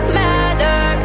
matter